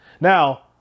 Now